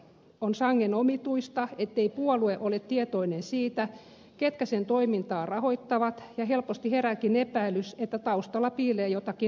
on sangen omituista ettei puolue ole tietoinen siitä ketkä sen toimintaa rahoittavat ja helposti herääkin epäilys että taustalla piilee jotakin hämärää